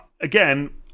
again